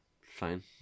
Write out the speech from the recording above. fine